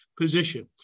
position